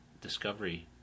discovery